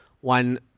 one